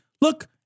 Look